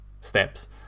steps